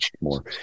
more